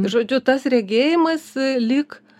žodžiu tas regėjimas lyg